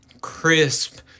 crisp